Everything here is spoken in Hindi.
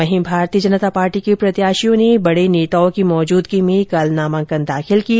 वहीं भारतीय जनता पार्टी के प्रत्याशियों ने बड़े नेताओं की मौजूदगी में नामांकन दाखिल किए